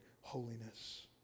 holiness